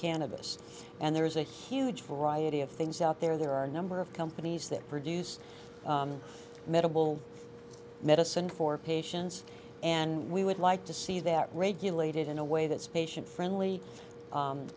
cannabis and there is a huge variety of things out there there are a number of companies that produce medical medicine for patients and we would like to see that regulated in a way that's patient friendly